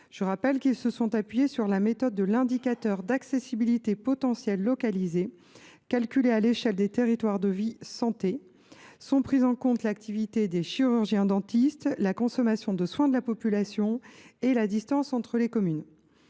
Je rappelle qu’ils se sont appuyés sur la méthode de l’indicateur d’accessibilité potentielle localisée (APL), calculé à l’échelle des territoires de vie santé (TVS). Sont prises en compte l’activité des chirurgiens dentistes, la consommation de soins de la population et la distance entre les communes.